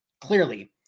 clearly